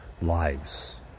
lives